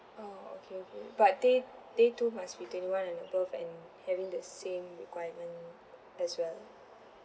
oh okay okay but they they too must be twenty one and above and having that same requirement as well